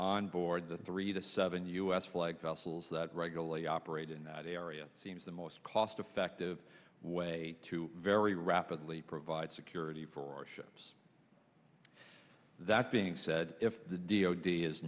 on board the three to seven u s flagged vessels that regularly operate in that area seems the most cost effective way to very rapidly provide security for ships that being said if the d